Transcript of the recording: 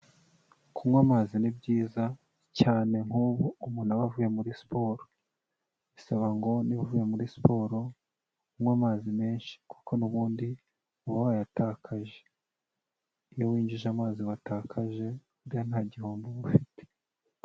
Kunywa amazi ni byiza, cyane nk'ubu umuntu aba avuye muri siporo. Bisaba ngo niba uvuye muri siporo, unywe amazi menshi kuko n'ubundi uba wayatakaje. Iyo winjije amazi watakaje, buriya ntagihombo uba ufite.